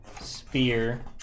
spear